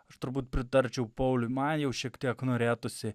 aš turbūt pritarčiau pauliui man jau šiek tiek norėtųsi